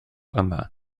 yma